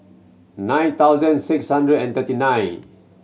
nine thousand six hundred and thirty nine